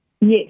Yes